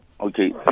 Okay